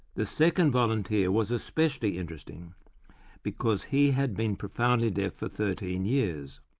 the second volunteer was especially interesting because he had been profoundly deaf for thirteen years.